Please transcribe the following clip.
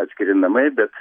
atskiri namai bet